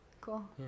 Cool